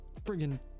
friggin